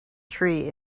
tree